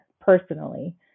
personally